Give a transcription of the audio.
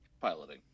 piloting